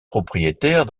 propriétaire